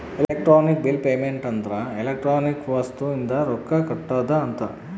electronic bill payment ಅಂದ್ರ electronic ವಸ್ತು ಇಂದ ರೊಕ್ಕ ಕಟ್ಟೋದ ಅಂತ